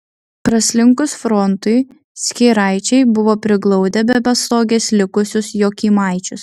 praslinkus frontui skėraičiai buvo priglaudę be pastogės likusius jokymaičius